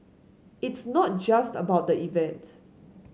it's not just about the event